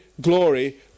glory